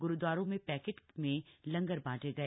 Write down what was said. ग्रुदवारों में पैकेट में लंगर बांटे गए